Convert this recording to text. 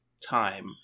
time